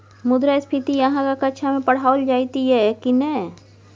मुद्रास्फीति अहाँक कक्षामे पढ़ाओल जाइत यै की नै?